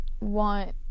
want